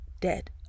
dead